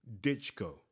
Ditchko